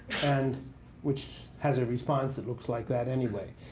and which has a response that looks like that anyway.